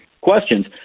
questions